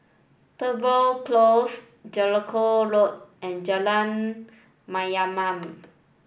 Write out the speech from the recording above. Tudor Close Jellicoe Road and Jalan Mayaanam